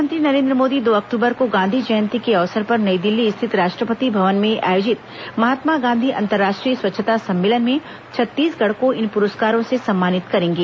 प्रधानमंत्री नरेन्द्र मोदी दो अक्टूबर को गांधी जयंती के अवसर पर नई दिल्ली स्थित राष्ट्रपति भवन में आयोजित महात्मा गांधी अंतर्राष्ट्रीय स्वच्छता सम्मेलन में छत्तीसगढ़ को इन पुरस्कारों से सम्मानित करेंगे